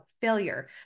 failure